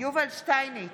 יובל שטייניץ,